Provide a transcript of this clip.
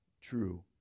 true